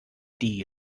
die